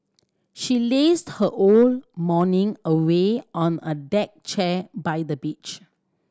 she lazed her whole morning away on a deck chair by the beach